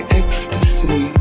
ecstasy